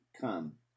come